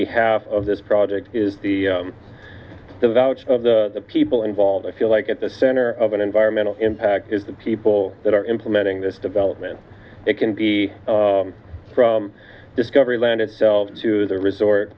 behalf of this project is the devout of the people involved i feel like at the center of an environmental impact is the people that are implementing this development it can be from discovery land itself to the resort